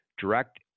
direct